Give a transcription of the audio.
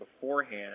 beforehand